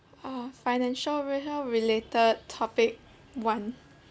ah financial related topic one